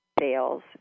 sales